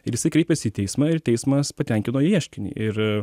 ir jisai kreipiasi į teismą ir teismas patenkino ieškinį ir